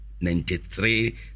ninety-three